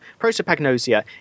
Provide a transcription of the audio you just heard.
prosopagnosia